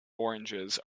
oranges